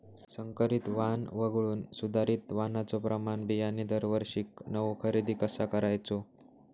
संकरित वाण वगळुक सुधारित वाणाचो प्रमाण बियाणे दरवर्षीक नवो खरेदी कसा करायचो?